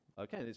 Okay